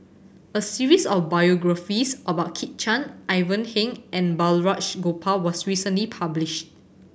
a series of biographies about Kit Chan Ivan Heng and Balraj Gopal was recently published